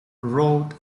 wrote